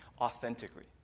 authentically